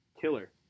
Killer